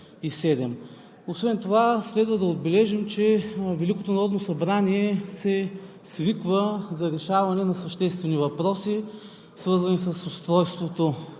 Освен това, следва да отбележим, че Великото народно събрание се свиква за решаване на съществени въпроси, свързани с устройството